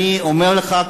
אני אומר לך,